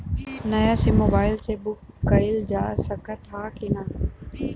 नया SIM mobile से book कइलजा सकत ह कि ना?